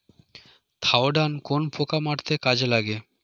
Thiodan কোন পোকা মারতে কাজে লাগে?